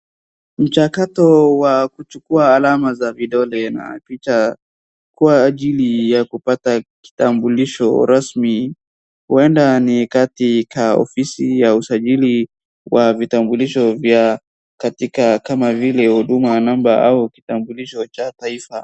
Mchakato wa kuchukua alama za vidole na picha kwa ajili ya kupata kitambulisho rasmi. Huenda ni katika ofisi ya usajili wa vitambulisho vya katika kama vile Huduma number au kitambulisho cha taifa